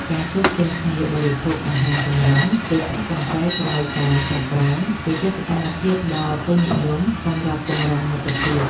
ការជួបជុំគ្នាបរិភោគអាហារសម្រន់ ឬផឹកកាហ្វេក្រោយការហាត់ប្រាណ គឺជាសកម្មភាពដ៏ពេញនិយមសម្រាប់ពង្រឹងមិត្តភាព។